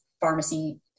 pharmacy